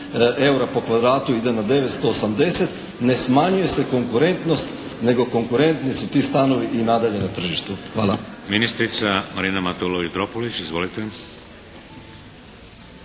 eura po kvadratu ide na 980 ne smanjuje se konkurentnost nego konkurentni su ti stanovi i nadalje na tržištu. Hvala. **Šeks, Vladimir (HDZ)** Ministrica Marina Matulović Dropulić, izvolite.